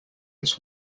its